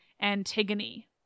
Antigone